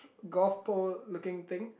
golf pole looking thing